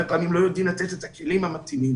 פעמים לא יודעים לתת את הכלים המתאימים.